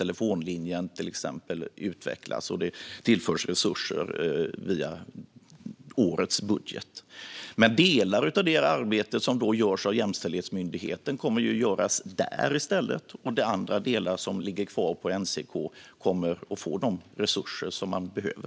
Telefonlinjen ska till exempel kunna utvecklas, och det tillförs resurser via årets budget. Men delar av arbetet kommer i stället att göras av Jämställdhetsmyndigheten. Andra delar som ligger kvar hos NCK kommer att få de resurser som behövs.